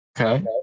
Okay